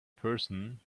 person